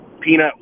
Peanut